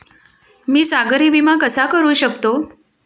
मी सागरी विमा कसा करू शकतो?